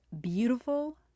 beautiful